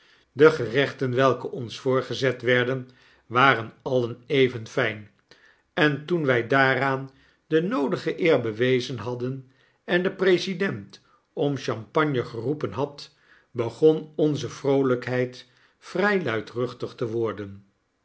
de gerechten welke ons voorgezet werden waren alien even fijn en toen wy daaraan de noodige eer bewezen hadden en de president om champagne geroepen had begon onze vroolijkheid vry luidruchtig te worden